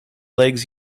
legs